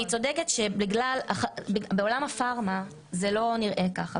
היא צודקת כי בעולם הפארמה זה לא נראה כך.